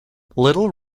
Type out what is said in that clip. little